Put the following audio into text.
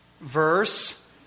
verse